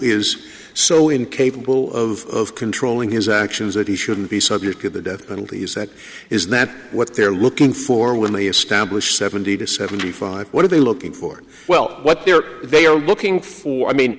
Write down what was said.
is so incapable of controlling his actions that he shouldn't be subject to the death penalty is that is that what they're looking for when they establish seventy to seventy five what are they looking for well what their they are looking for i mean